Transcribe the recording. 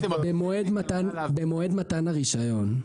במועד מתן הרישיון.